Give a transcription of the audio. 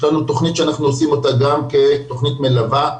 יש לנו תכנית שאנחנו עושים אותה גם כתכנית מלווה,